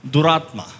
Duratma